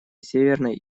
северной